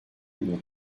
une